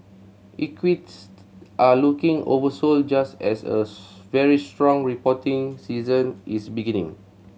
equities are looking oversold just as a very strong reporting season is beginning